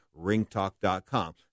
ringtalk.com